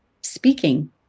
speaking